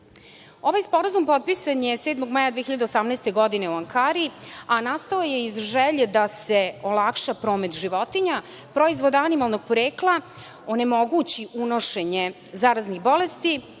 Ovaj sporazum potpisan je 7. maja 2018. godine u Ankari, a nastao je iz želje da se olakša promet životinja, proizvode animalnog porekla, onemogući unošenje zaraznih bolesti,